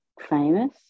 famous